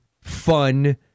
fun